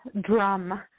drum